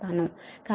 కాబట్టి λ 2π